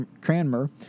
Cranmer